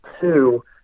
Two